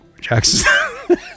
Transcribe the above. jackson